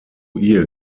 ihr